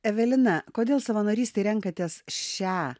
evelina kodėl savanorystei renkatės šią